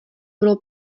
bylo